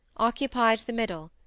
occupied the middle,